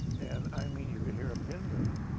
and i mean, you could hear a pin drop.